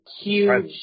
huge